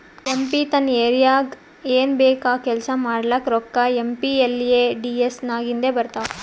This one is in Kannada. ಎಂ ಪಿ ತನ್ ಏರಿಯಾಗ್ ಏನ್ ಬೇಕ್ ಆ ಕೆಲ್ಸಾ ಮಾಡ್ಲಾಕ ರೋಕ್ಕಾ ಏಮ್.ಪಿ.ಎಲ್.ಎ.ಡಿ.ಎಸ್ ನಾಗಿಂದೆ ಬರ್ತಾವ್